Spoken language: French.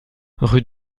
rue